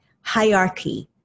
hierarchy